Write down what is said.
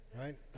right